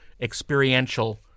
experiential